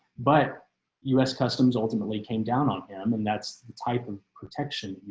but us customs ultimately came down on him. and that's the type of protection,